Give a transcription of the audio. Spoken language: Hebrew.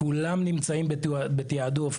כולם נמצאים בתיעדוף,